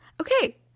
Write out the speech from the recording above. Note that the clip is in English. Okay